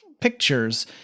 pictures